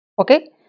okay